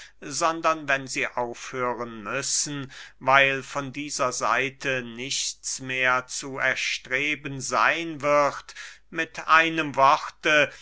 sondern wenn sie aufhören müssen weil von dieser seite nichts mehr zu erstreben seyn wird mit einem worte